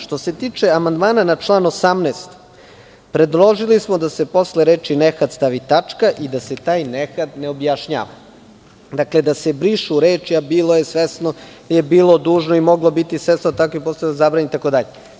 Što se tiče amandmana na član 18. predložili smo da se posle reči "nehat" stavi tačka i da se taj "nehat" ne objašnjava i da se brišu reči: "a bilo je svesno ili je bilo dužno i moglo biti svesno da je takav postupak zabranjen" i tako dalje.